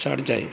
ਸੜ ਜਾਏ